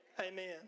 Amen